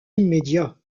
immédiat